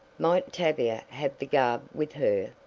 might tavia have the garb with her?